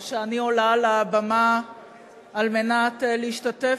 או שאני עולה על הבמה על מנת להשתתף